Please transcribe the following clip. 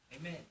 amen